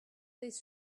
this